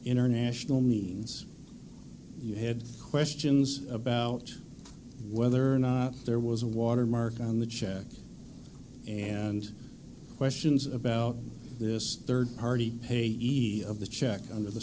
international needs you had questions about whether or not there was a watermark on the check and questions about this third party pay easy of the check under the